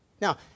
Now